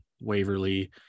Waverly